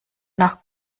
nach